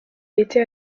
été